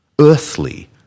earthly